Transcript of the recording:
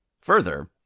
Further